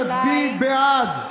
תצביעי בעד,